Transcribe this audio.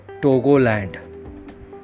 Togoland